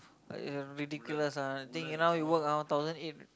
like ridiculous ah think now you work thousand eight